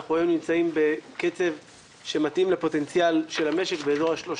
אנחנו היום נמצאים בקצב שמתאים לפוטנציאל של המשק באזור ה-3%.